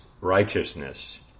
righteousness